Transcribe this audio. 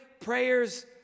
prayers